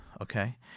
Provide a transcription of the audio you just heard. okay